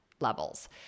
levels